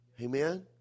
Amen